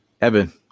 Evan